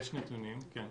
יש נתונים, כן.